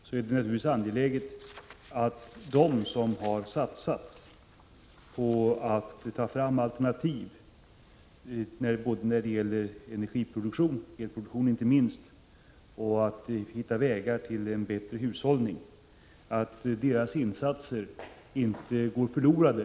Men när det gäller dem som har satsat på att ta fram alternativ inom energiproduktionen — inte minst inom elproduktionen — och hitta vägar till en bättre hushållning är det angeläget att insatserna inte går förlorade.